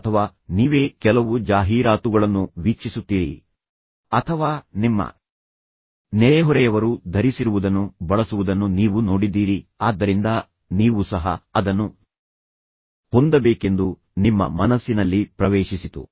ಅಥವಾ ನೀವೇ ಕೆಲವು ಜಾಹೀರಾತುಗಳನ್ನು ವೀಕ್ಷಿಸುತ್ತೀರಿ ಅಥವಾ ನಿಮ್ಮ ನೆರೆಹೊರೆಯವರು ಧರಿಸಿರುವುದನ್ನು ನೀವು ನೋಡಿದ್ದೀರಿ ಅದನ್ನು ಬಳಸುವುದನ್ನು ನೀವು ನೋಡಿದ್ದೀರಿ ಆದ್ದರಿಂದ ನೀವು ಸಹ ಅದನ್ನು ಹೊಂದಬೇಕೆಂದು ನಿಮ್ಮ ಮನಸ್ಸಿನಲ್ಲಿ ಪ್ರವೇಶಿಸಿತು